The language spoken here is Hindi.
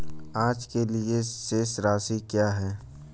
आज के लिए शेष राशि क्या है?